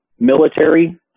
military